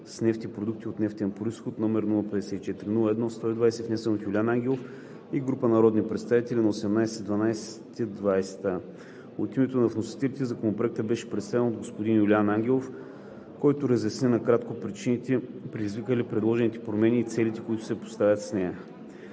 с нефт и продукти от нефтен произход, № 054-01-120, внесен от Юлиан Ангелов и група народни представители на 18 декември 2020 г. От името на вносителите Законопроектът беше представен от господин Юлиан Ангелов, който разясни накратко причините, предизвикали предложената промяна, и целите, които се поставят с нея.